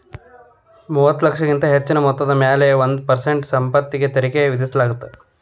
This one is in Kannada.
ಮೂವತ್ತ ಲಕ್ಷಕ್ಕಿಂತ ಹೆಚ್ಚಿನ ಮೊತ್ತದ ಮ್ಯಾಲೆ ಒಂದ್ ಪರ್ಸೆಂಟ್ ಸಂಪತ್ತಿನ ತೆರಿಗಿ ವಿಧಿಸಲಾಗತ್ತ